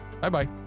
Bye-bye